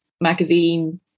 magazine